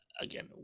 again